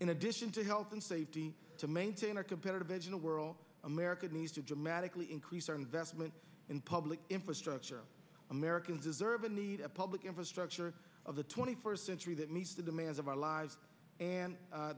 in addition to health and safety to maintain our competitive edge in a world america needs to dramatically increase our investment in public infrastructure americans deserve and need a public infrastructure of the twenty first century that meets the demands of our lives and